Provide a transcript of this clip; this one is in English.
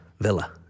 villa